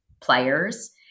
players